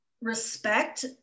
respect